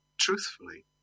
truthfully